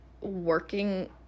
working